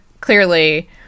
clearly